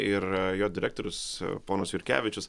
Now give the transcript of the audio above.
ir jo direktorius ponas jurkevičius